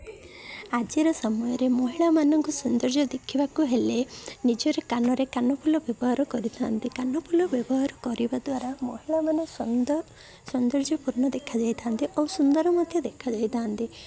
ଆଜିର ସମୟରେ ମହିଳାମାନଙ୍କୁ ସୌନ୍ଦର୍ଯ୍ୟ ଦେଖିବାକୁ ହେଲେ ନିଜର କାନରେ କାନଫୁଲ ବ୍ୟବହାର କରିଥାନ୍ତି କାନଫୁଲ ବ୍ୟବହାର କରିବା ଦ୍ୱାରା ମହିଳାମାନେ ସୌନ୍ଦର୍ ସୌନ୍ଦର୍ଯ୍ୟପୂର୍ଣ୍ଣ ଦେଖାଯାଇଥାନ୍ତି ଆଉ ସୁନ୍ଦର ମଧ୍ୟ ଦେଖାଯାଇଥାନ୍ତି